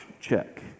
check